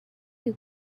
you